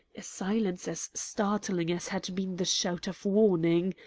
a silence as startling as had been the shout of warning.